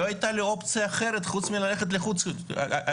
לא היתה לי אופציה אחרת חוץ מללכת לחוג ספורט.